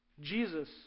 Jesus